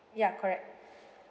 ya correct